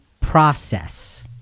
process